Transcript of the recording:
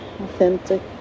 authentic